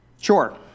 Sure